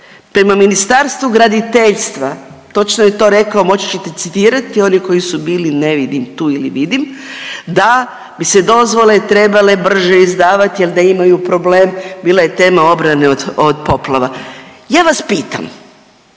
prema Ministarstvu graditeljstva. Točno je to rekao moći ćete citirati, oni koji su bili ne vidim tu ili vidim da bi se dozvole trebale brže izdavati jer da imaju problem. Bila je tema obrane od poplava. Ja vas pitam